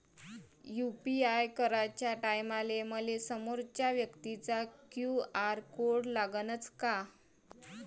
UPI कराच्या टायमाले मले समोरच्या व्यक्तीचा क्यू.आर कोड लागनच का?